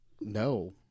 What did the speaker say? No